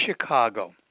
Chicago